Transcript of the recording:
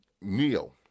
Neil